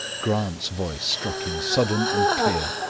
grant's voice struck in sudden and clear,